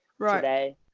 today